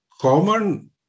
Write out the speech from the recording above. common